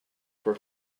for